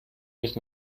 nicht